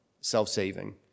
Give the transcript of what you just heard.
self-saving